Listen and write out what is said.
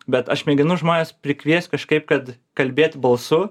bet aš mėginu žmones prikviest kažkaip kad kalbėt balsu